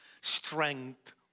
strength